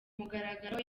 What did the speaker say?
mugaragaro